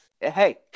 Hey